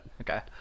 Okay